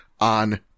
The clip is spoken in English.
on